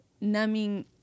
numbing